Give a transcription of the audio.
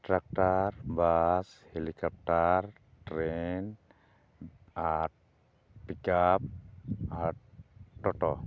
tractor bus helicopter train ᱟᱨ pickup ᱟᱨ ᱴᱳᱴᱳ